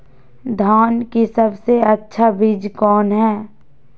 धान की सबसे अच्छा बीज कौन है?